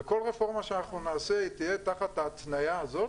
וכל רפורמה שנעשה תהיה תחת ההתנייה הזאת